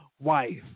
wife